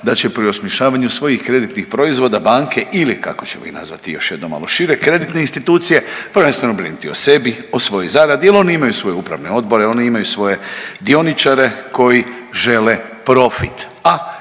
da će pri osmišljavanju svojih kreditnih proizvoda banke ili kako ćemo ih nazvati još jednom malo šire kreditne institucije prvenstveno brinuti o sebi, o svojoj zaradi jel oni imaju svoje upravne odbore, oni imaju svoje dioničare koji žele profit,